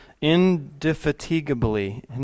indefatigably